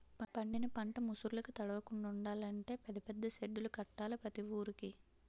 పండిన పంట ముసుర్లుకి తడవకుండలంటే పెద్ద పెద్ద సెడ్డులు కట్టాల ప్రతి వూరికి